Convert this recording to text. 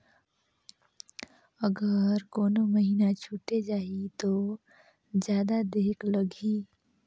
अगर कोनो महीना छुटे जाही तो जादा देहेक लगही?